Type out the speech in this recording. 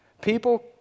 People